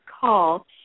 call